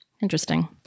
Interesting